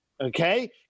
okay